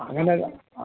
അങ്ങനെ ഒരു ആ